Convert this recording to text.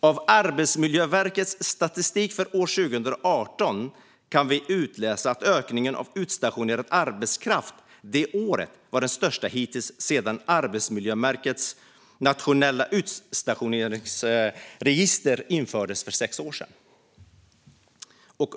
Av Arbetsmiljöverkets statistik för 2018 kan vi utläsa att ökningen av utstationerad arbetskraft det året var den största sedan Arbetsmiljöverkets nationella utstationeringsregister infördes för sex år sedan.